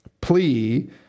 plea